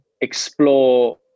explore